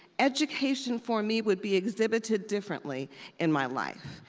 education for me would be exhibited differently in my life,